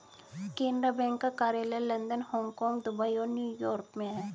Canara bank का कार्यालय London Hong Kong Dubai और न्यू यॉर्क में है